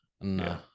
No